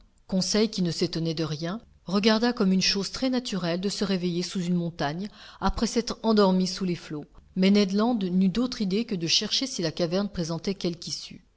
conseil qui ne s'étonnait de rien regarda comme une chose très naturelle de se réveiller sous une montagne après s'être endormi sous les flots mais ned land n'eut d'autre idée que de chercher si la caverne présentait quelque issue